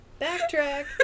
Backtrack